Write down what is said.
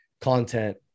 content